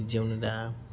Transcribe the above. बिदियावनो दा